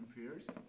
fears